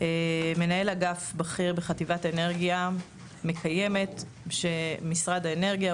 מנהל אגף בכיר בחטיבת אנרגיה מקיימת של משרד האנרגיה,